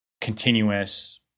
continuous